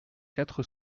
quatre